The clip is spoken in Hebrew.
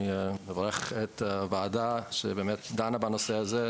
אני מברך את הוועדה שבאמת דנה בנושא הזה,